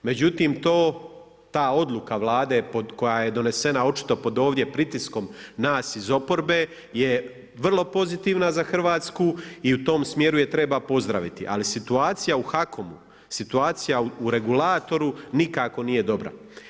Međutim, ta odluka Vlade koja je donesena očito pod ovdje pritiskom nas iz oporbe je vrlo pozitivna za RH i u tom smjeru je treba pozdraviti, ali situacija u HAKOM-u, situacija u regulatoru nikako nije dobra.